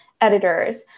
editors